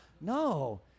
No